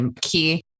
key